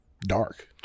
dark